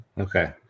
Okay